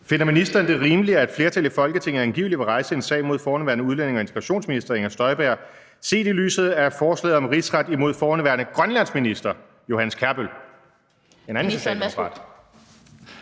Finder ministeren det rimeligt, at et flertal i Folketinget angiveligt vil rejse en sag mod forhenværende udlændinge- og integrationsminister Inger Støjberg set i lyset af forslaget om rigsret imod forhenværende grønlandsminister Johannes Kjærbøl,?